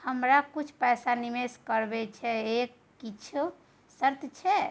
हमरा कुछ पैसा निवेश करबा छै एकर किछ शर्त छै?